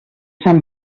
sant